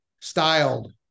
styled